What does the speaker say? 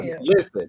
listen